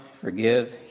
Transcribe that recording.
forgive